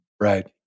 right